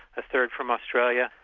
a third from australia,